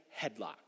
headlock